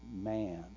man